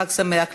חג שמח לכולם.